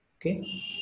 Okay